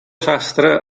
sastre